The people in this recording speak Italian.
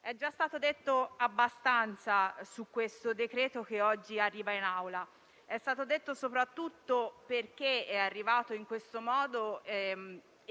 È già stato detto abbastanza su questo decreto-legge che oggi arriva in Aula. È stato detto soprattutto perché è arrivato in questo modo e